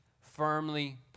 firmly